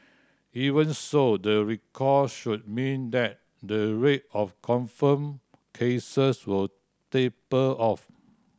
even so the recall should mean that the rate of confirmed cases will taper off